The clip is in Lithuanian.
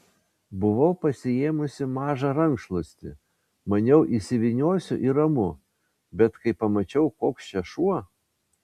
buvau pasiėmusi mažą rankšluostį maniau įsivyniosiu ir ramu bet kai pamačiau koks čia šuo